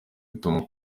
tumwe